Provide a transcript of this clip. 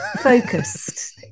focused